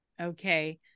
okay